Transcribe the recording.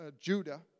Judah